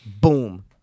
Boom